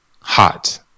hot